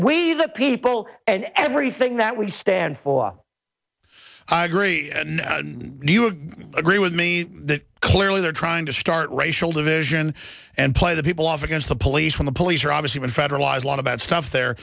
the people and everything that we stand for i agree do you agree with me that clearly they're trying to start racial division and play the people off against the police when the police are obviously when federalized lot of bad stuff there